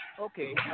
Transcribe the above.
okay